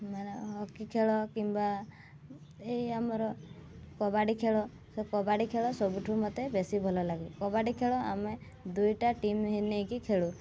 ମାନେ ହକି ଖେଳ କିମ୍ବା ଏଇ ଆମର କବାଡ଼ି ଖେଳ ସେ କବାଡ଼ି ଖେଳ ସବୁଠୁ ମୋତେ ବେଶୀ ଭଲ ଲାଗେ କବାଡ଼ି ଖେଳ ଆମେ ଦୁଇଟା ଟିମ୍ ହେଁ ନେଇକି ଖେଳୁ